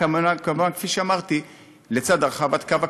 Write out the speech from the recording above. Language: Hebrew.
כמובן, כפי שאמרתי, לצד הרחבת הקו הכחול,